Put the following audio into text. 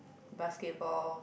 basketball